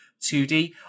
2D